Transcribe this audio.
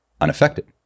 unaffected